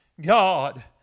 God